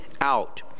out